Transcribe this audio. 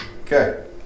Okay